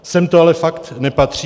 Sem to ale fakt nepatří.